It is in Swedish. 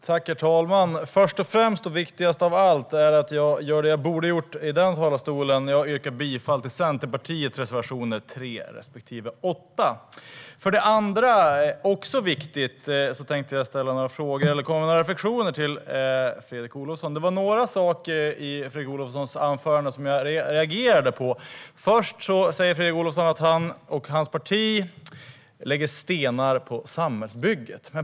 Herr talman! För det första, och viktigast av allt, ska jag göra det jag borde ha gjort när jag stod i den andra talarstolen. Jag yrkar bifall till Centerpartiets reservation 3 respektive 8. För det andra, och det är också viktigt, har jag några reflektioner om några saker som Fredrik Olovsson sa i sitt anförande. Jag reagerade på att han sa att han och hans parti lägger stenar på samhällsbygget.